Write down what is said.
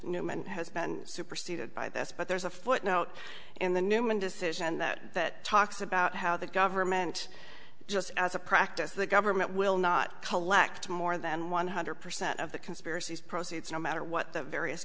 newman has been superseded by this but there's a foot in in the newman decision that that talks about how the government just as a practice the government will not collect more than one hundred percent of the conspiracies proceeds no matter what the various